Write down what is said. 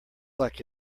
like